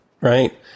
right